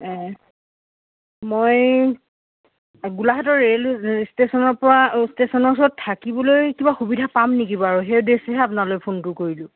মই গোলাঘাটৰ ৰেইল ইষ্টেশ্যনৰ পৰা ইষ্টেশ্যনৰ ওচৰত থাকিবলৈ কিবা সুবিধা পাম নেকি বাৰু সেই উদ্দেশ্যইহে আপোনালৈ ফোনটো কৰিলোঁ